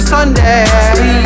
Sunday